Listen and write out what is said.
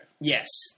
Yes